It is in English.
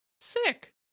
sick